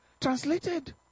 translated